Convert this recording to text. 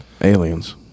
aliens